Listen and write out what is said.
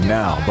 now